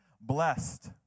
blessed